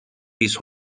his